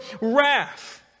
wrath